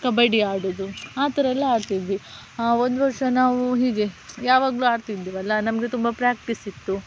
ಕಬಡ್ಡಿ ಆಡೋದು ಆ ಥರ ಎಲ್ಲ ಆಡ್ತಿದ್ವಿ ಒಂದು ವರ್ಷ ನಾವು ಹೀಗೆ ಯಾವಾಗಲೂ ಆಡ್ತಿದ್ವಿ ಅಲ್ಲ ನಮಗೆ ತುಂಬ ಪ್ರ್ಯಾಕ್ಟೀಸ್ ಇತ್ತು